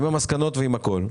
עם המסקנות ועם הכול.